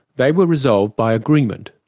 they were resolved by agreement.